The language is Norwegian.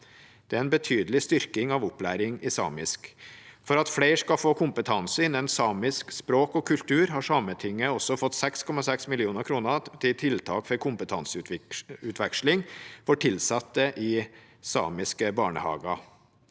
Det er en betydelig styrking av opplæring i samisk. For at flere skal få kompetanse innen samisk språk og kultur har Sametinget også fått 6,6 mill. kr til tiltak for kompetanseutveksling for tilsatte i samiske barnehager.